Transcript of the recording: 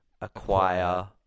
acquire